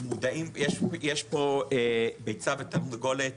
אנחנו מודעים, יש פה ביצע ותרנגולת